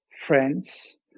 friends